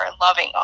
loving